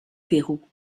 pérou